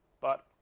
but